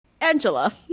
Angela